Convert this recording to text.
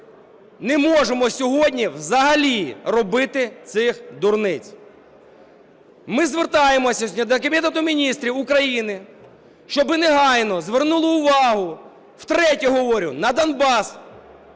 Не можемо сьогодні взагалі робити цих дурниць. Ми звертаємося сьогодні до Кабінету Міністрів України, щоб негайно звернуло увагу, втретє говорю, на Донбас